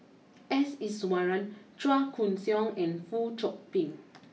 S Iswaran Chua Koon Siong and Fong Chong Pik